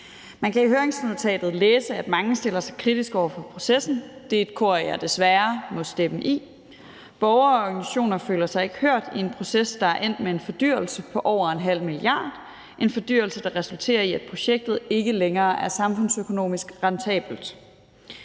Man kan i høringsnotatet læse, at mange stiller sig kritiske over for processen – det er et kor, jeg desværre må stemme med i. Borgere og organisationer føler sig ikke hørt i en proces, der er endt med en fordyrelse på over en ½ mia. kr., en fordyrelse, der resulterer i, at projektet ikke længere er samfundsøkonomisk rentabelt.